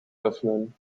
öffnen